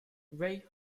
ray